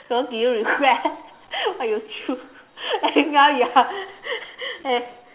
so did you regret what you choose and now you are and